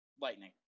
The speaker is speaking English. Lightning